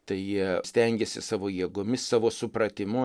tai jie stengėsi savo jėgomis savo supratimu